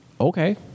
okay